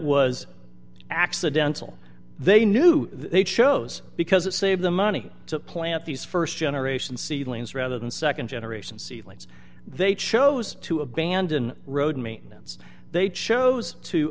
was accidental they knew they chose because it saved the money to plant these st generation seedlings rather than nd generation seedlings they chose to abandon road maintenance they chose to